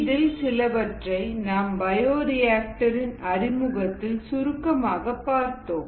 இதில் சிலவற்றை நாம் பயோரிஆக்டர் இன் அறிமுகத்தில் சுருக்கமாக பார்த்தோம்